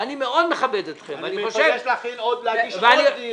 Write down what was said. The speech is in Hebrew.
ואני מאוד מכבד אתכם -- אני מבקש להגיש עוד מסמך.